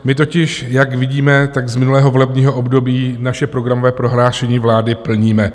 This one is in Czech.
My totiž, jak vidíme, tak z minulého volebního období naše programové prohlášení vlády plníme.